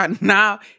now